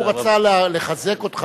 הוא רצה לחזק אותך,